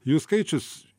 jų skaičius